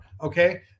Okay